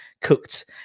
cooked